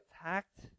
attacked